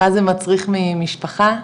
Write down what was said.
מה זה מצריך ממשפחה?